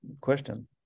question